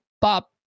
pop